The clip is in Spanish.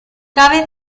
cabe